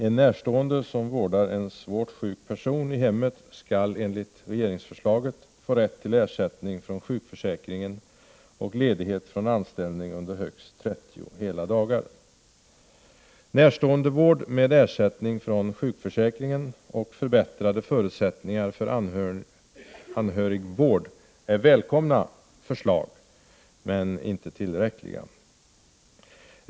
En närstående som vårdar en svårt sjuk person i hemmet skall enligt regeringsförslaget få rätt till ersättning från sjukförsäkringen och ledighet från anställning under högst 30 hela dagar. Närståendevård med ersättning från sjukförsäkringen och förbättrade förutsättningar för anhörigvård är välkomna förslag, men inte tillräckliga.